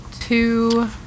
two